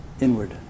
Inward